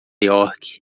york